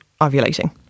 ovulating